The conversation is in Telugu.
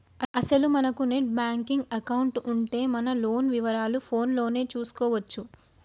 అసలు మనకు నెట్ బ్యాంకింగ్ ఎకౌంటు ఉంటే మన లోన్ వివరాలు ఫోన్ లోనే చూసుకోవచ్చు